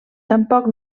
tampoc